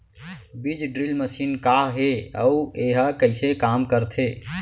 बीज drill machine का हे अऊ एहा कइसे काम करथे?